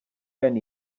gen